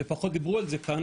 ופחות דיברו על זה כאן,